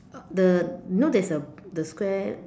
uh the you know there's a the square